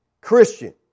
Christian